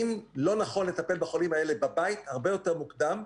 האם לא נכון לטפל בחולים האלה בבית הרבה יותר מוקדם,